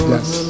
Yes